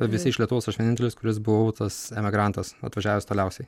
visi iš lietuvos aš vienintelis kuris buvau tas emigrantas atvažiavęs toliausiai